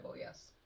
yes